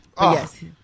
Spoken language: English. Yes